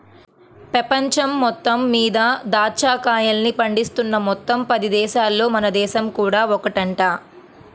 పెపంచం మొత్తం మీద దాచ్చా కాయల్ని పండిస్తున్న మొత్తం పది దేశాలల్లో మన దేశం కూడా ఒకటంట